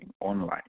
online